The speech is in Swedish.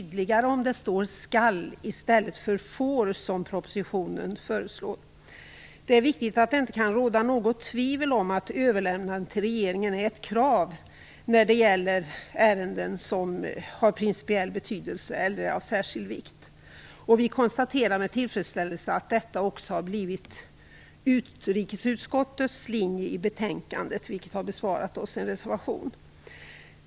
Det blir alltså tydligare om det står Det får inte råda något tvivel om att överlämnandet till regeringen är ett krav när det gäller ärenden som är av principiell betydelse eller av särskild vikt. Vi konstaterar med tillfredsställelse att detta också har blivit utrikesutskottets linje i betänkandet, vilket har besparat oss en reservation.